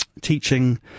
teaching